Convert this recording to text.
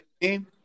team